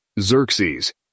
Xerxes